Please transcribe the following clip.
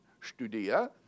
Studia